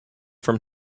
from